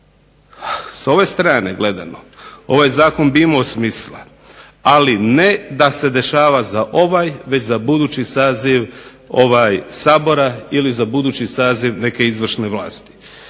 Sa ove strane gledano ovaj Zakon bi imao smisla, ali ne da se dešava za ovaj već za budući saziv Sabora ili za budući saziv neke izvršne vlasti.